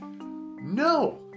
No